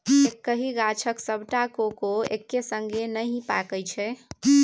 एक्कहि गाछक सबटा कोको एक संगे नहि पाकय छै